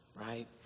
right